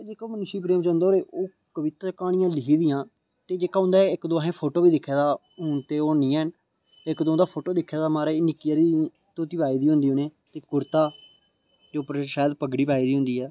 जेहका मुन्शी प्रेम चंद होर कविता ते क्हानियां लिखी दियां ते जेहका उं'दा असें इक दो फोटो बी दिक्खे दा हून नेईं हैन इक दो उं'दा फोटो दिक्खे दा महाराज इक निक्की सारी धोतीपाई दी होंदी उ'नें इक कूर्ता ते उप्पर शैल पगढ़ी पाई दी होंदी ऐ